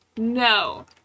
No